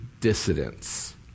dissidents